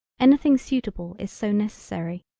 anything suitable is so necessary.